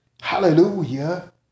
Hallelujah